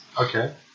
Okay